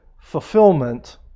fulfillment